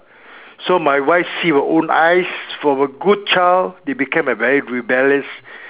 so my wife see with her own eyes from a good child they became a very rebellious